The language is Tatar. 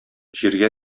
җиргә